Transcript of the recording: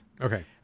Okay